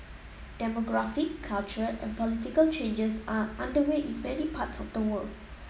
demographic cultural and political changes are underway in many parts of the world